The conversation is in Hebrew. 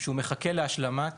שהוא מחכה להשלמת